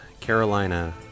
Carolina